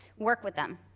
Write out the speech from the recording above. work with them,